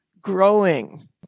growing